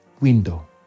window